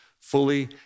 fully